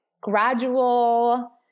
gradual